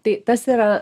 tai tas yra